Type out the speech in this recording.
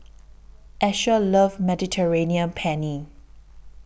Asher loves Mediterranean Penne